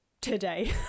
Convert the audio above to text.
today